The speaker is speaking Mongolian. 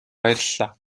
баярлалаа